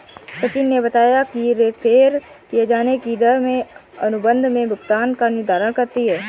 सचिन ने बताया कि रेफेर किये जाने की दर में अनुबंध में भुगतान का निर्धारण करती है